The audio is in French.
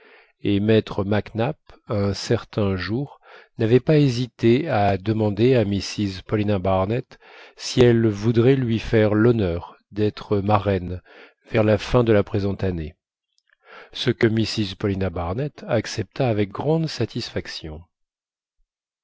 et maître mac nap un certain jour n'avait pas hésité à demander à mrs paulina barnett si elle voudrait lui faire l'honneur d'être marraine vers la fin de la présente année ce que mrs paulina barnett accepta avec grande satisfaction